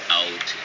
out